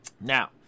Now